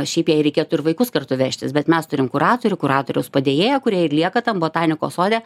šiaip jai reikėtų ir vaikus kartu vežtis bet mes turim kuratorių kuratoriaus padėjėją kurie ir lieka tam botanikos sode